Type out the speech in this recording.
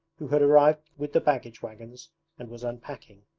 who had arrived with the baggage wagons and was unpacking.